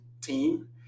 team